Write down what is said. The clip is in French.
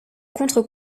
contre